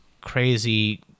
crazy